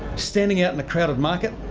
standing out in a crowded market.